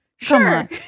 Sure